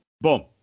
Boom